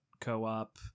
co-op